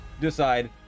decide